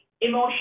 emotion